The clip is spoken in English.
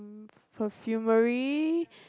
perfumery